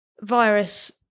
virus